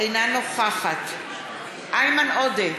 אינה נוכחת איימן עודה,